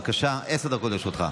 בבקשה, עשר דקות לרשותך.